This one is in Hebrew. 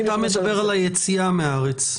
אתה מדבר על היציאה מהארץ.